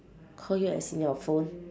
call you as in your phone